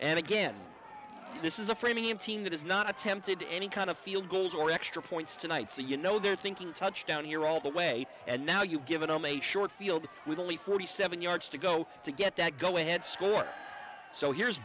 and again this is a framingham team that is not attempted any kind of field goals or extra points tonight so you know they're thinking touchdown here all the way and now you've given them a short field with only forty seven yards to go to get that go ahead score so here's